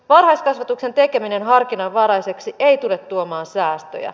varhaiskasvatuksen tekeminen harkinnanvaraiseksi ei tule tuomaan säästöjä